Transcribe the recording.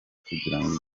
kugirango